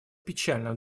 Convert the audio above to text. печальных